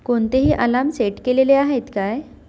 कोणतेही alarm set केलेले आहेत काय